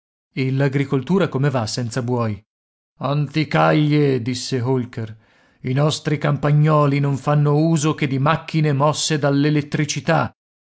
e l'agricoltura come va senza buoi anticaglie disse holker i nostri campagnoli non fanno uso che di macchine mosse dall'elettricità